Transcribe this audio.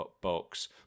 box